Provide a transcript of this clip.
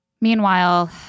Meanwhile